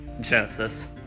Genesis